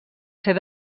ser